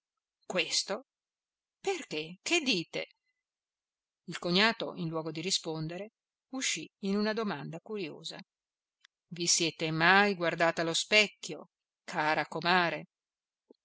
questo questo perché che dite il cognato in luogo di rispondere uscì in una domanda curiosa i siete mai guardata allo specchio cara comare